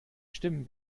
stimmen